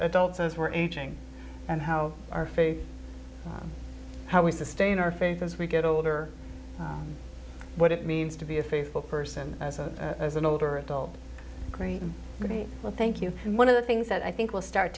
adults as we're aging and how our faith how we sustain our faith as we get older what it means to be a faithful person as a and older adult agree pretty well thank you and one of the things that i think will start